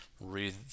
read